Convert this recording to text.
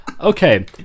okay